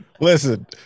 Listen